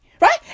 right